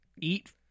eat